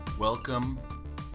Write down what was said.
Welcome